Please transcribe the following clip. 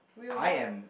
I am